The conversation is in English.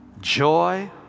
joy